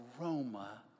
aroma